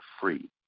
free